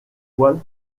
poils